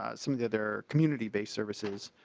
ah some of that their community based services.